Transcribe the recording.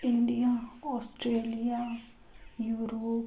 India Australia Europe